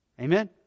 Amen